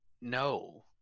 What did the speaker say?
no